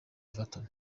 everton